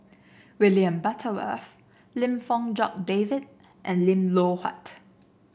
William Butterworth Lim Fong Jock David and Lim Loh Huat